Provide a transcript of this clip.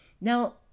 Now